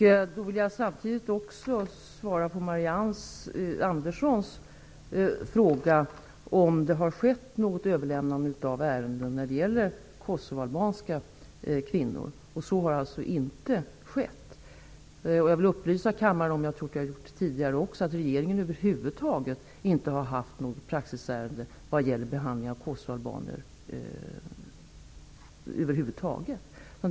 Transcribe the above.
Jag vill samtidigt svara på Marianne Anderssons fråga om det har skett något överlämnande av ärenden till regeringen när det gäller kosovoalbanska kvinnor. Det har inte skett. Jag vill upplysa kammaren om att regeringen över huvud taget inte har haft något praxisärende vad gäller behandlingen av kosovoalbaner.